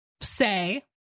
say